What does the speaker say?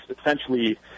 essentially